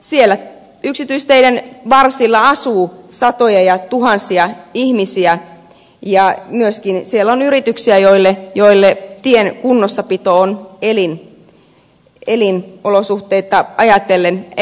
siellä yksityisteiden varsilla asuu satoja ja tuhansia ihmisiä ja myöskin siellä on yrityksiä joille tien kunnossapito on elinolosuhteita ajatellen äärimmäisen tärkeää